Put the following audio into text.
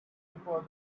before